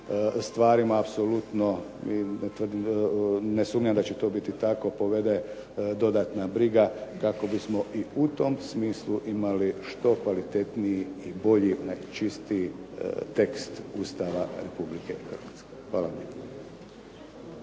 stvarima apsolutno ne sumnjam da će to biti tako, povede dodatna briga kako bismo u tom smislu imali što kvalitetniji i bolji čistiji tekst Ustava Republike Hrvatske. Hvala vam